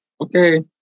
okay